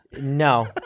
no